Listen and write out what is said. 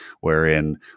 wherein